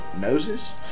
noses